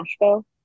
Nashville